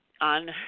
on